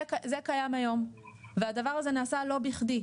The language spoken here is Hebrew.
זה קיים כבר היום והדבר הזה נעשה לא בכדי,